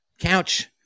couch